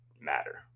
matter